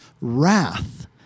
wrath